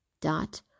dot